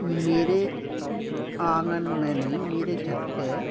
मेरे आंगन में नहीं मेरे छत पे